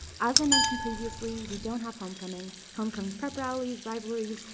as i mentioned previously, we don't have homecoming, homecoming prep rallies, rivalries,